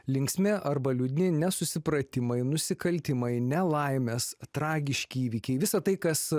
linksmi arba liūdni nesusipratimai nusikaltimai nelaimės tragiški įvykiai visa tai kas